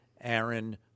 Aaron